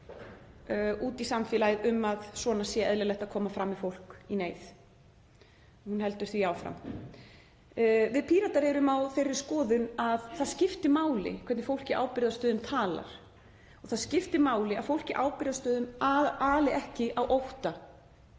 út í samfélagið, um að svona sé eðlilegt að koma fram við fólk í neyð; hún heldur því áfram. Við Píratar erum á þeirri skoðun að það skipti máli hvernig fólk í ábyrgðarstöðum talar, að það skipti máli að fólk í ábyrgðarstöðum ali ekki á ótta